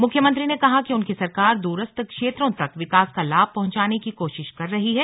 मुख्यमंत्री ने कहा कि उनकी सरकार द्रस्थ क्षेत्रों तक विकास का लाभ पहुंचाने की कोशिश कर रही है